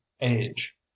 age